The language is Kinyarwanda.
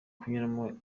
kunyuramo